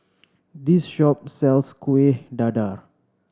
this shop sells Kuih Dadar